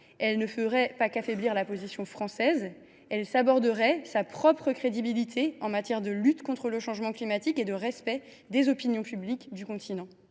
elle n’affaiblirait pas seulement la position française : elle saborderait sa propre crédibilité en matière de lutte contre le changement climatique et de respect des opinions publiques du continent.